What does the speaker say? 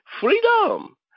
freedom